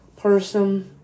person